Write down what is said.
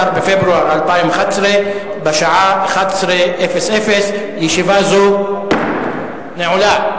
16 בפברואר 2011, בשעה 11:00. ישיבה זו נעולה.